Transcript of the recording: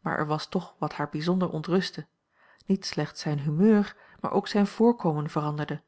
maar er was toch wat haar bijzonder ontrustte niet slechts zijn humeur maar ook zijn voorkomen veranderde